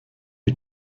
you